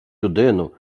людину